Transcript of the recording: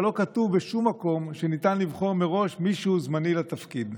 אבל לא כתוב בשום מקום שניתן לבחור מראש מישהו זמני לתפקיד.